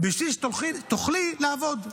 בשביל שתוכלי לעבוד.